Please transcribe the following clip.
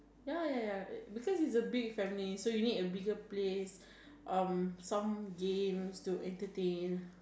ya ya ya because is a big family so you need a bigger place um some games to entertain